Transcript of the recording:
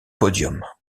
podium